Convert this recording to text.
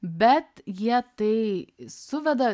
bet jie tai suveda